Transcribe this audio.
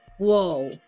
whoa